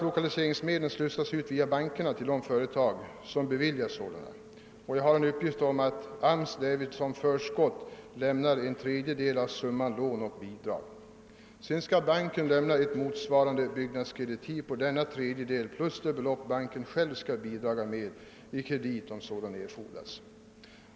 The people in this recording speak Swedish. Lokaliseringsstöd slussas ut via bankerna till de företag som beviljas sådant. Enligt uppgift utgår därvid genom AMS såsom förskott en tredjedel av summan i lån och bidrag. Banken skall sedan lämna byggnadskreditiv på denna tredjedel samt på det belopp banken själv skall bidraga med såsom kredit, om sådan erfordras.